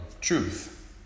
truth